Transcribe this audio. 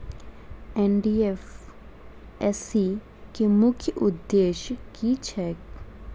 NDFSC केँ मुख्य उद्देश्य की छैक?